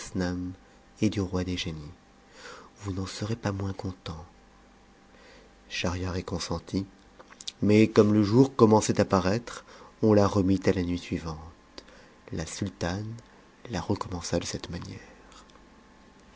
et du roi des génies vous n'en serez pas moins content schahriar y consentit mais comme le jour commençait à paraître on la remit à la nuit suivante la sultane la commença de cette manière